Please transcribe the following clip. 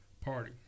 party